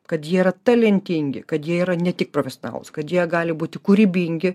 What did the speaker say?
kad jie yra talentingi kad jie yra ne tik profesionalūs kad jie gali būti kūrybingi